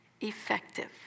effective